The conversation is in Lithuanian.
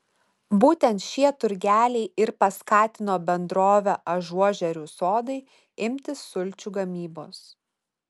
būtent šie turgeliai ir paskatino bendrovę ažuožerių sodai imtis sulčių gamybos